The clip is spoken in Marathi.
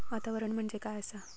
वातावरण म्हणजे काय असा?